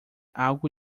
algo